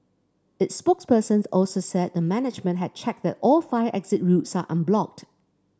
its spokesperson also said the management had checked that all fire exit routes are unblocked